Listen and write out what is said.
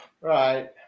Right